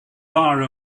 bar